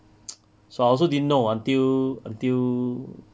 so I also didn't know until until